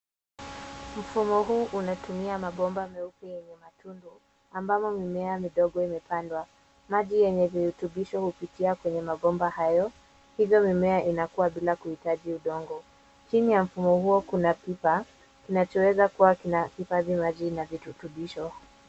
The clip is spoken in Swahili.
Mfumo huu unatumia mabomba meupe yenye matundu ambamo mimea midogo imepandwa. Maji yenye virutubisho hupitia kwenye mabomba hayo hivyo mimea inakua bila kuhitaji udongo. Chini ya mfumo huo kuna pipa kinachoweza kuwa kinahifadhi maji na virutubisho.